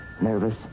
Nervous